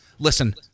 Listen